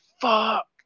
fuck